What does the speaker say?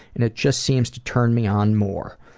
and it just seems to turn me on more.